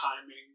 timing